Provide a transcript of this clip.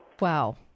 Wow